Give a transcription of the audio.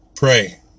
Pray